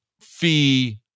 fee